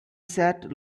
sat